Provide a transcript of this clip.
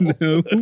No